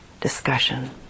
discussion